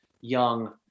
young